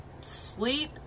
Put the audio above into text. sleep